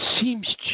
seems